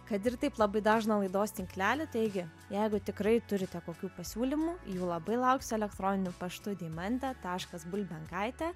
kad ir taip labai dažną laidos tinklelį taigi jeigu tikrai turite kokių pasiūlymų jų labai lauksiu elektroniniu paštu deimantė taškas bulbenkaitė